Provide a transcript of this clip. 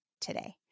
today